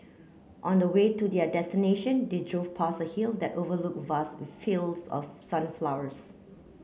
on the way to their destination they drove past a hill that overlook vast fields of sunflowers